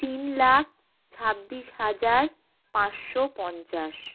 তিন লাখ ছাব্বিশ হাজার পাঁচশো পঞ্চাশ